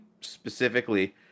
specifically